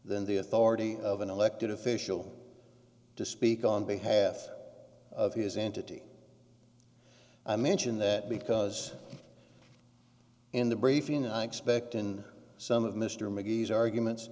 than the authority of an elected official to speak on behalf of his entity i mention that because in the briefing i expect in some of mr mcgee's arguments